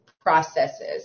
processes